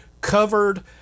covered